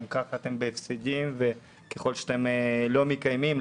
ככה אתם בהפסדים וככל שאתם לא מקיימים,